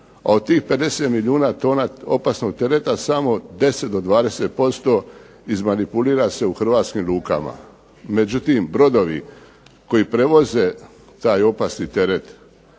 a od tih 50 milijuna tona opasnog tereta samo 10 do 20% izmanipulira se u hrvatskim lukama. Međutim, brodovi koji prevoze taj opasni teret,